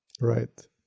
Right